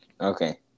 Okay